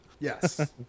yes